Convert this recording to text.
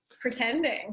Pretending